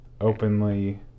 openly